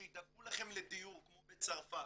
שידאגו לכם לדיור כמו בצרפת,